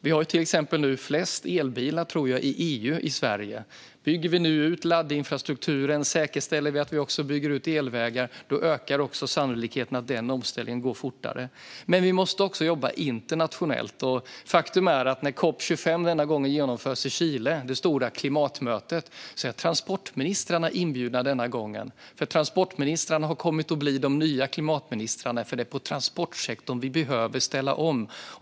Jag tror till exempel att Sverige har flest elbilar i EU. Om vi bygger ut laddinfrastrukturen och säkerställer att vi bygger ut elvägar ökar sannolikheten att omställningen går fortare. Men vi måste också jobba internationellt. COP 25, det stora klimatmötet, genomförs i år i Chile. Faktum är att transportministrarna är inbjudna denna gång. Transportministrarna har kommit att bli de nya klimatministrarna, för det är i transportsektorn vi behöver ställa om.